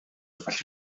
felly